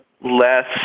less